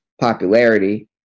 popularity